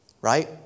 Right